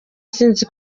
sinzi